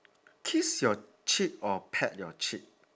kiss your cheek or peck your cheek